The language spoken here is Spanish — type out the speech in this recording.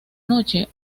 noche